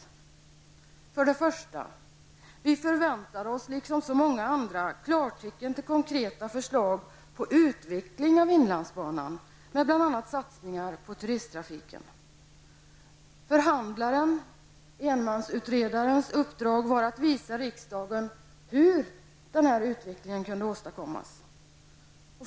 För det första: vi förväntar oss, liksom så många andra, klartecken till konkreta förslag på utveckling av inlandsbanan med bl.a. satsningar på turisttrafiken. Förhandlarens, enmansutredarens, uppdrag var att visa riksdagen hur denna utveckling kunde åstadkommas.